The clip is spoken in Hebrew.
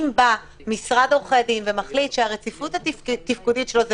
אם בא משרד עורכי דין ומחליט שהרציפות התפקודית שלו זה